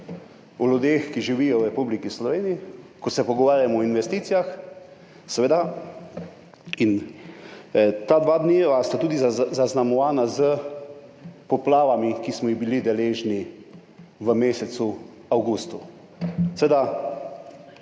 o ljudeh, ki živijo v Republiki Sloveniji, ko se pogovarjamo o investicijah, seveda. Ta dva dneva sta tudi zaznamovana s poplavami, ki smo jih bili deležni v mesecu avgustu. Mene